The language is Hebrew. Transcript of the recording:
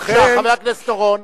בבקשה, חבר הכנסת אורון.